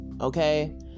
okay